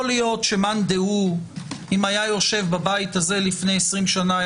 יכול להית שמאן דהוא לו היה יושב בבית הזה לפני עשרים שנה,